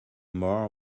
more